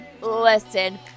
Listen